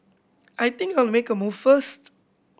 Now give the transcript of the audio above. I think I'll make a move first